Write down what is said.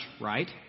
right